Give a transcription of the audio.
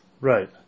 right